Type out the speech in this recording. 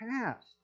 past